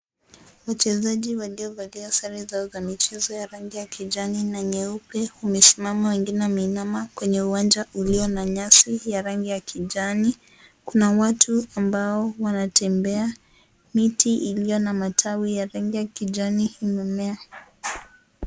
Wachezaji waliovalia sare zao za michezo ya rangi ya kijani na nyeupe, wamesimama, wengine wameinama kwenye uwanja ulio na nyasi ya rangi ya kijani. Kuna watu ambao wanatembea. Miti iliyo na matawi ya rangi ya kijani imemea.